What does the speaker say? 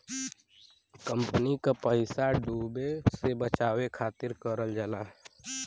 company क पइसा डूबे से बचावे खातिर करल जाला